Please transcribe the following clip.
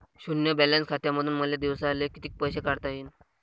शुन्य बॅलन्स खात्यामंधून मले दिवसाले कितीक पैसे काढता येईन?